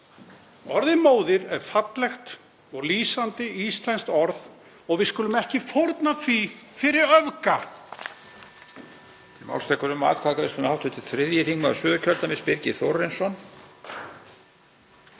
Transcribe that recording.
Orðið móðir er fallegt og lýsandi íslenskt orð og við skulum ekki fórna því fyrir öfgar.